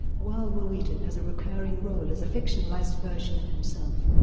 while wil wheaton has a recurring role as a fictionalized version of himself.